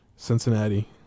Cincinnati